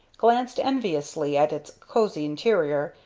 glanced enviously at its cosey interior,